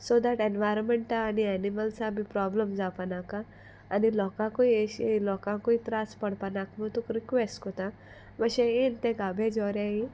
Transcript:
so that एनवायरोमेंटा आनी एनिमल्सा बी प्रोब्लेम जावपा नाका आनी लोकांकूय एशें लोकांकूय त्रास पडपा नाका म्हूण तुका रिक्वेस्ट कोता मातशें येन तें गारबेज व्हराय